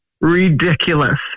Ridiculous